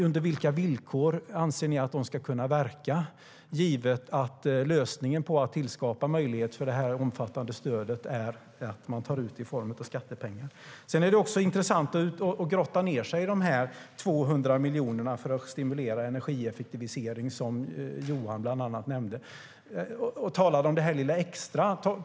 Under vilka villkor anser ni att de ska kunna verka, givet att lösningen i fråga om att tillskapa möjlighet för det här omfattande stödet är att man tar ut det i form av skattepengar? Sedan är det intressant att grotta ned sig i de 200 miljonerna för att stimulera energieffektivisering. Johan nämnde bland annat det och talade om det här lilla extra.